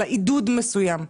אלא כעידוד מסוים.